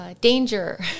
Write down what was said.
Danger